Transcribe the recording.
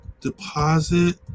deposit